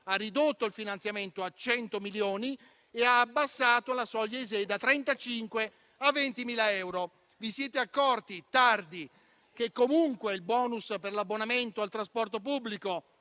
ha ridotto il finanziamento a 100 milioni e ha abbassato la soglia ISEE da 35 a 20.000 euro. Vi siete accorti - tardi - che comunque il *bonus* per l'abbonamento al trasporto pubblico